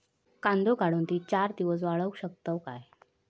कांदो काढुन ती चार दिवस वाळऊ शकतव काय?